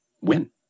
win